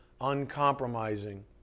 uncompromising